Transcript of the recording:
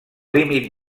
límit